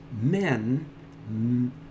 men